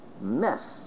mess